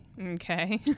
Okay